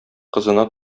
кызына